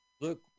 Look